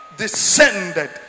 Descended